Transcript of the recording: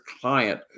client